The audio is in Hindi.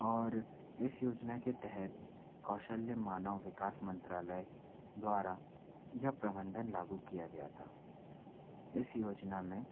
और इस योजना के तहत कौशल्य मानव विकास मंत्रालय द्वारा जब प्रबंधन लागू किया गया था इस योजना में